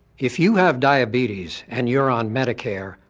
if you have diabetes and you're on medicare,